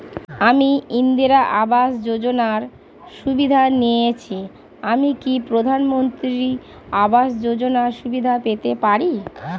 আমি ইন্দিরা আবাস যোজনার সুবিধা নেয়েছি আমি কি প্রধানমন্ত্রী আবাস যোজনা সুবিধা পেতে পারি?